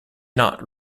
not